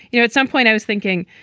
you know, at some point i was thinking,